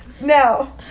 Now